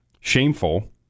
shameful